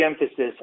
emphasis